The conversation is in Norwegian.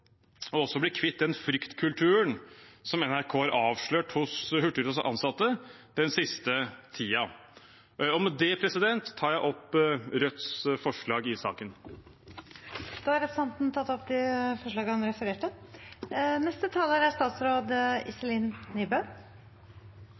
også å bli kvitt den fryktkulturen som NRK har avslørt hos Hurtigrutens ansatte den siste tiden. Med det tar jeg opp Rødts forslag i saken. Representanten Bjørnar Moxnes har tatt opp de forslag han refererte til. Norge er